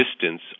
distance